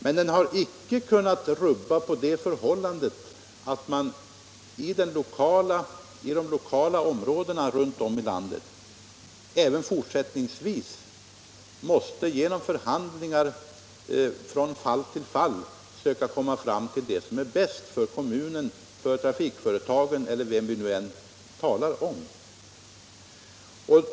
Men den har inte kunnat rubba förhållandet att man i de lokala områdena runt om i landet även fortsättningsvis genom förhandlingar från fall till fall måste söka komma fram till det som är bäst för kommunen, trafikföretaget eller vad vi nu talar om.